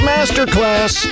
Masterclass